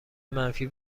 منفی